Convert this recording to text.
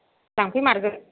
लांफैमारगोन